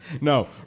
No